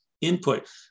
input